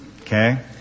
Okay